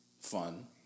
fun